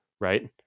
Right